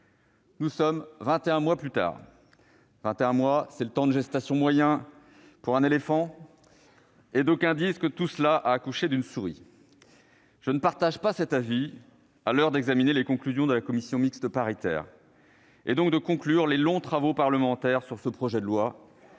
Nous sommes vingt et un mois plus tard, le temps moyen de gestation d'un éléphant, et d'aucuns disent que tout cela a accouché d'une souris. Je ne partage pas cet avis, à l'heure d'examiner les conclusions de la commission mixte paritaire et, donc, de conclure les longs travaux parlementaires sur ce projet de loi